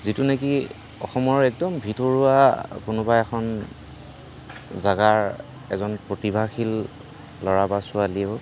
যিটো নেকি অসমৰ একদম ভিতৰুৱা কোনোবা এখন জেগাৰ এজন প্ৰতিভাশীল ল'ৰা বা ছোৱালীয়েও